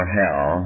hell